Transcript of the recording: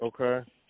okay